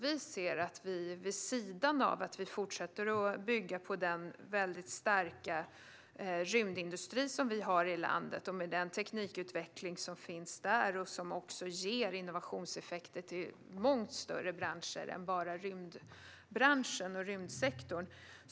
Vi måste fortsätta att bygga på den väldigt starka rymdindustri vi har i landet med den teknikutveckling som finns där som ger innovationseffekter till många större branscher än bara rymdbranschen och rymdsektorn.